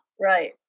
right